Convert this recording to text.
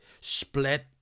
split